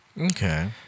Okay